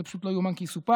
זה פשוט לא יאומן כי יסופר.